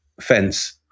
fence